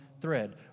thread